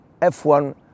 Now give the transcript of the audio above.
F1